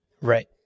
Right